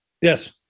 Yes